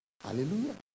Hallelujah